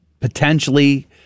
potentially